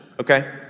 okay